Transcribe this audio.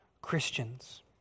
Christians